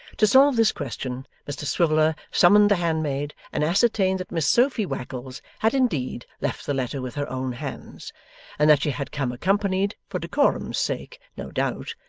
to solve this question, mr swiveller summoned the handmaid and ascertained that miss sophy wackles had indeed left the letter with her own hands and that she had come accompanied, for decorum's sake no doubt,